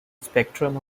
spectrum